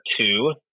two